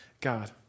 God